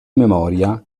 memoria